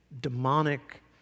demonic